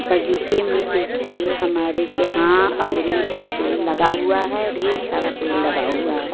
बगीचे में जिससे हमारे के यहाँ अमरुद का पेड़ लगा हुआ है ढेर सारा पेड़ लगा हुआ है